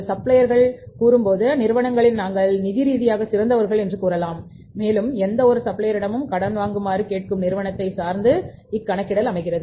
சப்ளையர்கள் இடம்கூறும்போது நிறுவனங்கள் தன்னுடைய நிறுவனம் நிதி ரீதியாக சிறந்தது என்று கூறலாம் மேலும் எந்தவொரு சப்ளையரிடமிருந்தும் கடன் வாங்குமாறு கேட்கும் நிறுவனத்தை சார்ந்து இக் கணக்கிடல் அமைகிறது